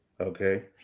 Okay